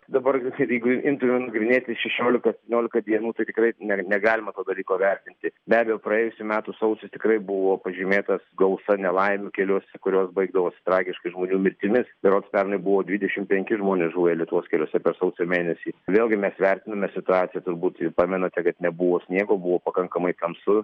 dabar jeigu imtumėm nagrinėti šešiolika septyniolika dienų tai tikrai ne negalima to dalyko vertinti net ir praėjusių metų sausis tikrai buvo pažymėtas gausa nelaimių keliuose kurios baigdavos tragiškai žmonių mirtimis berods pernai buvo dvidešim penki žmonės žuvę lietuvos keliuose per sausio mėnesį vėlgi mes vertiname situaciją turbūt ir pamenate kad nebuvo sniego buvo pakankamai tamsu